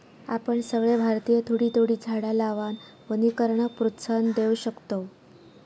आपण सगळे भारतीय थोडी थोडी झाडा लावान वनीकरणाक प्रोत्साहन देव शकतव